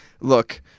look